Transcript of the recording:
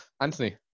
Anthony